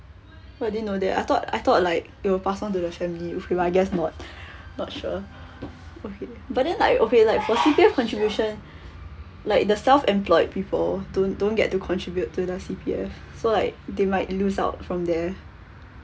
oh I didn't know that I thought I thought like it will pass on to the family but I guess not not sure okay but then like okay like for C_P_F contribution like the self employed people don't don't get to contribute to the C_P_F so like they might lose out from there